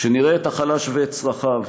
שנראה את החלש ואת צרכיו,